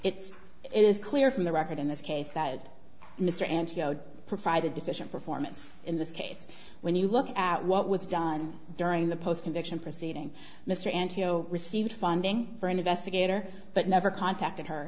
it's it is clear from the record in this case that mr and provided deficient performance in this case when you look at what was done during the post conviction proceeding mr antonio received funding for an investigator but never contacted her